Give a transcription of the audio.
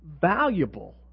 valuable